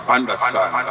understand